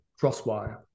Crosswire